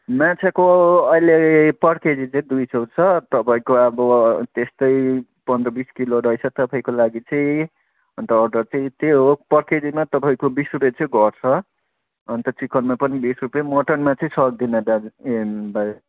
माछाको अहिले पर केजी चाहिँ दुइ सय छ तपाईँको अब त्यस्तै पन्ध्र बिस किलो रहेछ तपाईँको लागि चाहिँ अन्त अर्डर चाहिँ त्यही हो पर केजीमा तपाईँको बिस रुपियाँ चाहिँ घट्छ अन्त चिकनमा पनि बिस रुपियाँ मटनमा चाहिँ सक्दिनँ दाजु ए भाइ